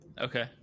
okay